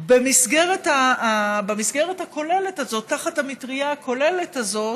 במסגרת הכוללת הזאת, תחת המטרייה הכוללת הזאת,